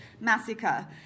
massacre